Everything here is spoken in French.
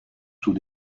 sous